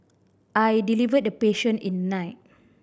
I delivered the patient in night